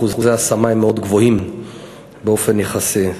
אחוזי ההשמה מאוד גבוהים באופן יחסי.